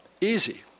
easy